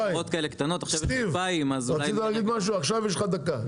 שטיב רצית להגיד משהו, עכשיו יש לך דקה.